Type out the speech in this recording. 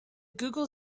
google